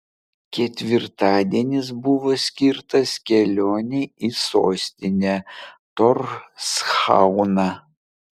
ketvirtadienis buvo skirtas kelionei į sostinę torshauną